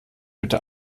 bitte